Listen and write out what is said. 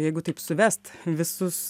jeigu taip suvest visus